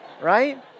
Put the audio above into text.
right